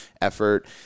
effort